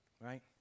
right